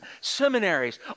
seminaries